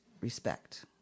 respect